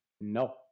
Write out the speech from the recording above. No